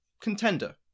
contender